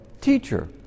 Teacher